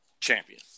champion